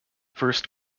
first